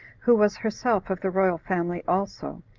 who was herself of the royal family also,